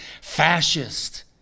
fascist